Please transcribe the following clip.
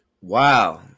Wow